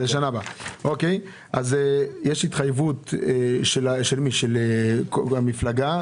יש התחייבות של המפלגה,